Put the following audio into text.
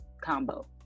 combo